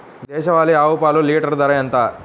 దేశవాలీ ఆవు పాలు లీటరు ధర ఎంత?